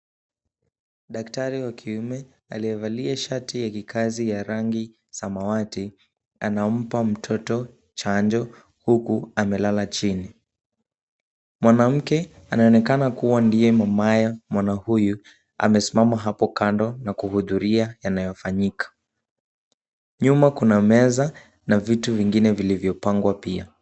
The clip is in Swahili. Daktari wa kiume, aliyevalia shati ya kikazi ya rangi samawati, anaumpa mtoto chanjo huku amelala chini. Mwanamke anaonekana kuwa ndiye mamaya mwana huyu, amesimama hapo kando na kuhudhuria yanayofanyika. Nyuma kuna meza, na vitu vingine vilivyopangwa pia.